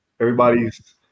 everybody's